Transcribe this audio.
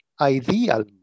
ideal